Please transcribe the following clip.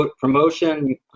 promotion